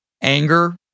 anger